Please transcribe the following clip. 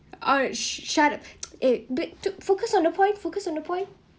uh sh~ shut eh be~ to focus on the point focus on the point